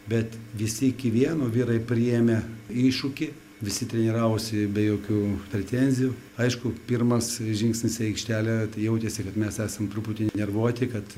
bet visi iki vieno vyrai priėmė iššūkį visi treniravosi be jokių pretenzijų aišku pirmas žingsnis į aikštelę tai jautėsi kad mes esam truputį nervuoti kad